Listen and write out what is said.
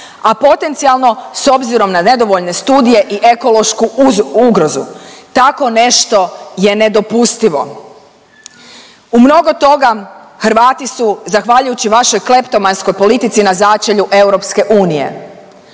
a potencijalno s obzirom na nedovoljne studije i ekološku ugrozu tako nešto je nedopustivo. U mnogo toga Hrvati su zahvaljujući vašoj kleptomanskoj politici na začelju EU, ali